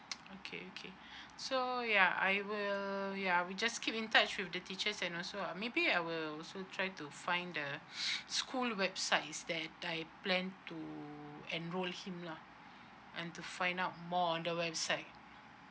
okay okay so ya I will ya we just keep in touch with the teachers and also uh maybe I will also try to find the school website is that I plan to enroll him lah and to find out more on the website